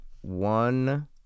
One